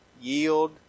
yield